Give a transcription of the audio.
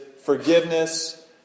forgiveness